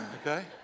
Okay